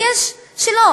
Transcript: ויש שלא.